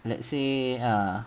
let's say err